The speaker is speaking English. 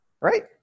Right